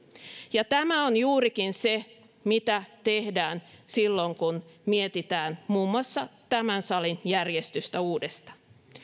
ja tämä on juurikin se mitä tehdään silloin kun mietitään muun muassa tämän salin järjestystä uudestaan